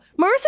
Marissa